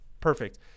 perfect